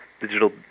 digital